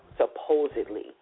supposedly